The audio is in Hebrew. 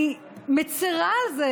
אני מצירה על זה